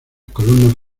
columnas